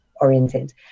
oriented